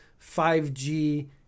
5G